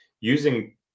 using